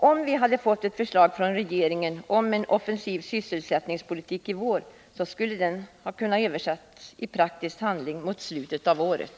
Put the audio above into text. Om vi hade fått ett förslag från regeringen om en offensiv sysselsättningspolitik i vår, så skulle denna ha kunnat översättas i praktisk handling mot slutet av året.